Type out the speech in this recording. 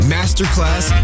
Masterclass